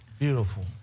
Beautiful